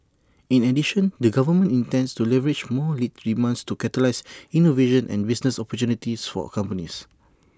in addition the government intends to leverage more lead demand to catalyse innovation and business opportunities for A companies